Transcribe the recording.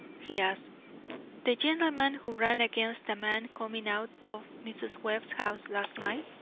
he asked the gentleman who ran against a man coming out of mrs. webb's house last night?